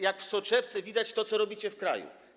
Jak w soczewce widać to, co robicie w kraju.